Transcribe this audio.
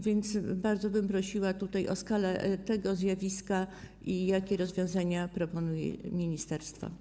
Więc bardzo bym prosiła - jaka jest skala tego zjawiska i jakie rozwiązania proponuje ministerstwo.